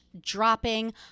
dropping